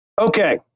Okay